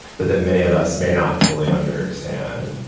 but that many of us may not fully understand.